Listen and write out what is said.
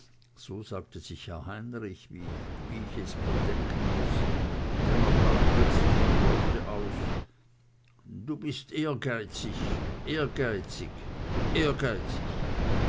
so sagte sich herr heinrich wie ich mir es denken muß denn er brach plötzlich in die worte aus du bist ehrgeizig ehrgeizig ehrgeizig